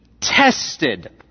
tested